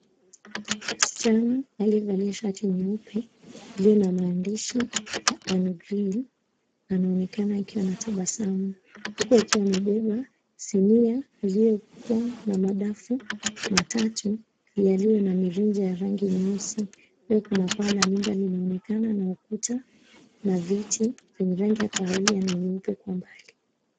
Kuna msichana aliyevalia shati nyeupe iliyo na maandishi ya, Ann Grill. Anaonekana akiwa na tabasamu, huku akiwa amebeba sinia iliyokuwa na madafu matatu yaliyo na mirija ya rangi nyeusi. Pia kuna paa la nyumba linaonekana na ukuta na viti vyenye rangi ya kahawia na nyeupe kwa mbali.